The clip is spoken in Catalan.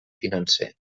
financer